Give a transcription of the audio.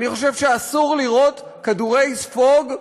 אני חושב שאסור לירות כדורי ספוג,